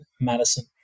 Madison